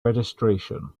registration